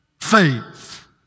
faith